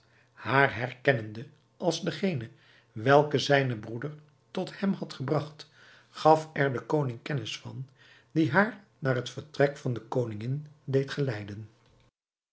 haar herkennende als degene welke zijnen broeder tot hem had gebragt gaf er den koning kennis van die haar naar het vertrek van de koningin deed geleiden